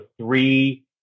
three